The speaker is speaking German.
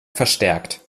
verstärkt